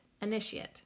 initiate